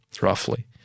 roughly